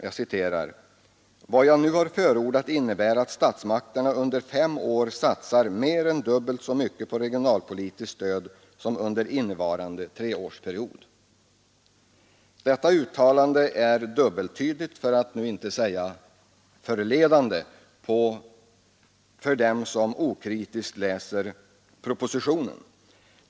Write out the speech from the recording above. Jag citerar: ”Vad jag nu har förordat innebär att statsmakterna under fem år satsar mer än dubbelt så mycket på regionalpolitiskt stöd som under innevarande treårsperiod.” Detta uttalande är dubbeltydigt, för att nu inte säga förledande, för dem som okritiskt läser propositionen.